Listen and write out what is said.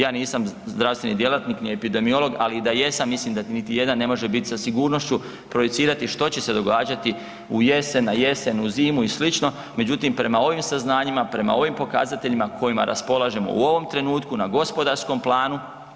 Ja nisam zdravstveni djelatni ni epidemiolog, ali i da jesam mislim da niti jedan ne može biti sa sigurnošću projicirati što će se događati u jesen, na jesen, u zimu i slično, međutim prema ovim saznanjima, prema ovim pokazateljima s kojima raspolažemo u ovom trenutku na gospodarskom planu.